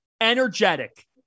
energetic